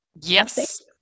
Yes